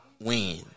win